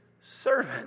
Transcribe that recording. servant